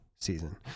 season